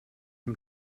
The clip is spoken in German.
dem